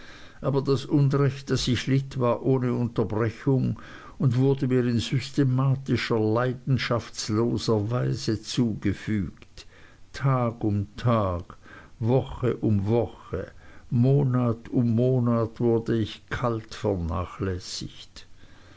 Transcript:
aber das unrecht das ich litt war ohne unterbrechung und wurde mir in systematischer leidenschaftsloser weise zugefügt tag um tag woche um woche monat um monat wurde ich kalt vernachlässigt